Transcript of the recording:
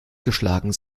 geschlagen